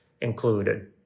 included